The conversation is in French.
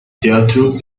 teatro